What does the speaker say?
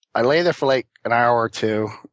i lay there for like an hour or two.